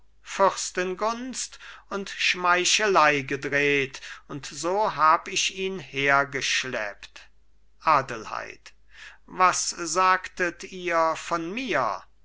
fürstengunst und schmeichelei gedreht und so hab ich ihn hergeschleppt adelheid was sagtet ihr von mir